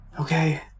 Okay